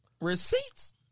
Receipts